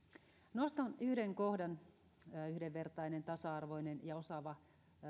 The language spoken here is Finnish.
nostan yhden kohdan yhdenvertainen tasa arvoinen ja osaava